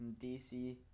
DC